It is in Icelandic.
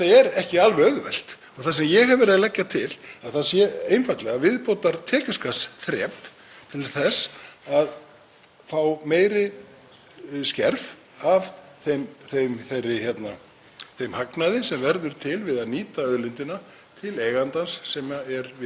skerf af þeim hagnaði sem verður til við að nýta auðlindina til eigandans, sem erum við þjóðin. Það má líka hugsa sér að sáttin felist í því að í stjórnarskrána verði sett skýrt auðlindaákvæði, sem ég hef líka talað fyrir og Framsóknarflokkurinn í mörg ár.